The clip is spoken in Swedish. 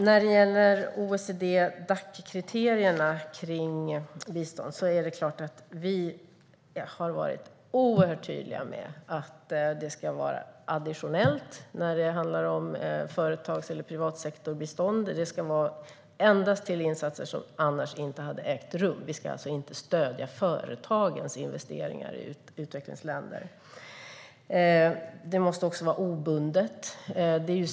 När det gäller OECD-Dac-kriterierna för bistånd har vi varit mycket tydliga med att det ska vara additionellt när det handlar om privatsektorbistånd. Det ska endast gå till insatser som annars inte hade ägt rum. Vi ska alltså inte stödja företagens investeringar i utvecklingsländer. Det måste också vara obundet.